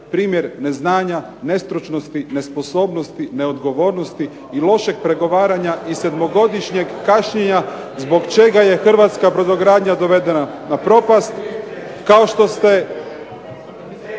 primjer neznanja, nestručnosti, nesposobnosti, neodgovornosti i lošeg pregovaranja i sedmogodišnjeg kašnjenja zbog čega je hrvatska brodogradnja dovedena na propast kao što ovog